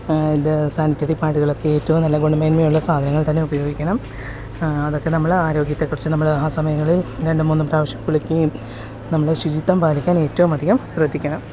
ഇത് സാനിറ്ററി പാഡുകളൊക്കെ ഏറ്റൊ നല്ല ഗുണമേന്മ ഉള്ള സാധനങ്ങൾ തന്നെ ഉപയോഗിക്കണം അതൊക്കെ നമ്മൾ ആരോഗ്യത്തെക്കുറിച്ച് നമ്മൾ ആ സമയങ്ങളിൽ രണ്ടുമൂന്നു പ്രാവശ്യം കുളിക്കുകയും നമ്മൾ ശുചിത്വം പാലിക്കാൻ ഏറ്റവും അധികം ശ്രദ്ധിക്കണം